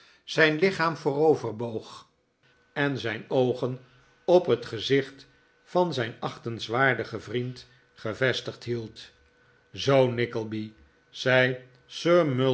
zijn lichaam vooroverboog en zijn oogen op het gezicht van zijn achtenswaaidigen vriend gevestigd hield zoo